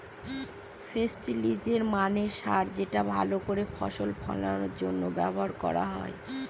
ফেস্টিলিজের মানে সার যেটা ভাল করে ফসল ফলানোর জন্য ব্যবহার করা হয়